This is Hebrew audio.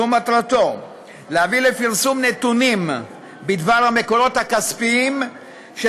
זו מטרתה: להביא לפרסום נתונים בדבר המקורות הכספיים של